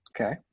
Okay